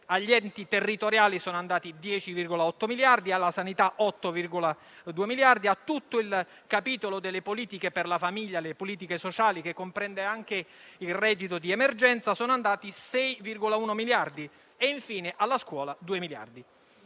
Agli enti territoriali ne sono andati 10,8; alla sanità 8,2; a tutto il capitolo delle politiche per la famiglia e le politiche sociali, che comprende anche il reddito di emergenza, ne sono andati 6,1; infine, alla scuola 2 miliardi.